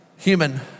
human